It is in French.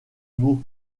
meaux